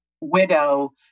widow